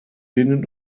denen